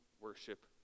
worship